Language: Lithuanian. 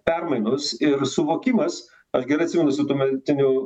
permainos ir suvokimas aš gerai atsimenu su tuometiniu